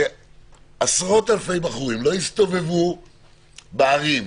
שעשרות אלפי בחורים לא יסתובבו בערים,